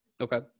Okay